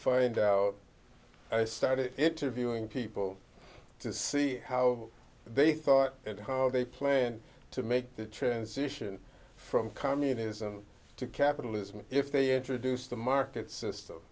find out i started interviewing people to see how they thought and how they planned to make the transition from communism to capitalism if they introduced the market system